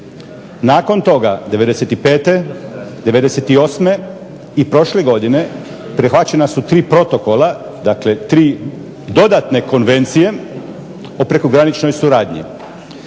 Nakon toga '95., '98. i prošle godine prihvaćena su tri protokola, dakle tri dodatne konvencije o prekograničnoj suradnji.